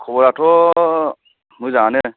खबराथ' मोजाङानो